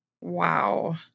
Wow